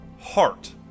heart